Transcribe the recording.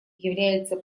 является